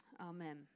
Amen